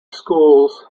schools